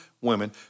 women